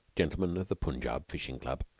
gentlemen of the punjab fishing club,